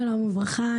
שלום וברכה.